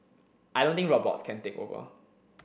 I don't think robots can take over